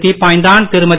தீப்பாய்ந்தான் திருமதி